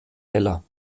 heller